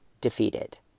defeated